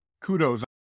kudos